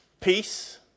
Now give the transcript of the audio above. Peace